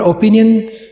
Opinions